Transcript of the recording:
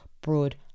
broad